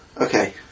Okay